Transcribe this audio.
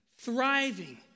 thriving